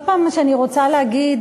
כל פעם שאני רוצה להגיד,